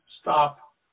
Stop